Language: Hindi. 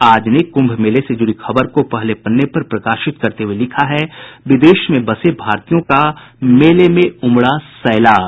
आज ने कुंभ मेले से जुड़ी खबर को पहले पन्ने पर प्रकाशित करते हुए लिखा है विदेश में बसे भारतीयों का मेले में उमड़ा सैलाब